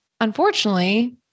unfortunately